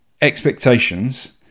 expectations